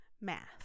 Math